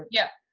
yeah.